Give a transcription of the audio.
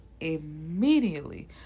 immediately